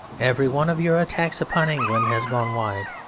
every one of your attacks upon england has gone wide.